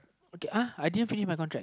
okay uh I didn't finish my contract